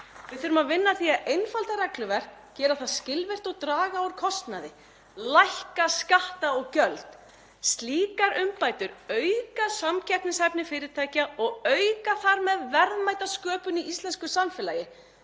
Við þurfum að vinna að því að einfalda regluverk, gera það skilvirkt og draga úr kostnaði, lækka skatta og gjöld. Slíkar umbætur auka samkeppnishæfni fyrirtækja og auka þar með verðmætasköpun í íslensku samfélagi